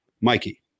Mikey